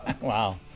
Wow